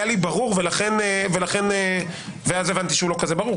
לי כברור ואז הבנתי שהוא לא כזה ברור,